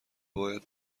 باید